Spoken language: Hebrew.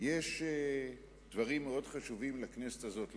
יש דברים מאוד חשובים לכנסת הזאת לעשות,